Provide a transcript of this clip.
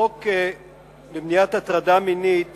החוק למניעת הטרדה מינית